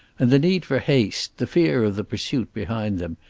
and the need for haste, the fear of the pursuit behind them,